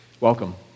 Welcome